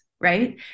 right